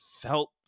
felt